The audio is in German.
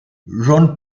john